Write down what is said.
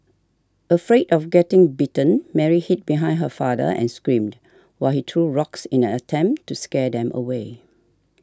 afraid of getting bitten Mary hid behind her father and screamed while he threw rocks in an attempt to scare them away